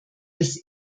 des